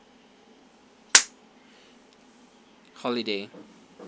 holiday